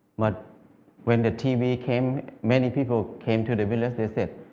but when the tv came, many people came to the village, they said,